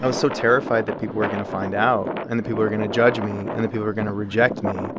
i was so terrified that people were going to find out and that people are going to judge me and that people were going to reject me